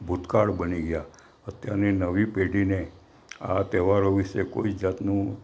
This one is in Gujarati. ભૂતકાળ બની ગયાં અત્યારની નવી પેઢીને આ તહેવારો વિષે કોઈ જાતનું